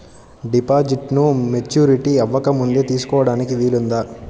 డిపాజిట్ను మెచ్యూరిటీ అవ్వకముందే తీసుకోటానికి వీలుందా?